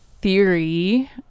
theory